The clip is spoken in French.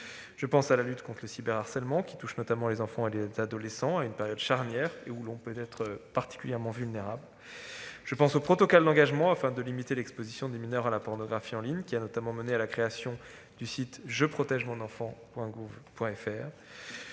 Je pense à la lutte conte le cyberharcèlement, qui touche notamment les enfants et les adolescents à une période charnière où ils peuvent être particulièrement vulnérables. Je pense au protocole d'engagement afin de limiter l'exposition des mineurs à la pornographie en ligne, qui a notamment mené à la création du site « jeprotegemonenfant.gouv.fr